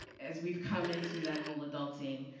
as we've come into that whole adulting,